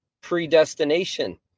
predestination